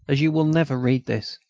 as you will never read this,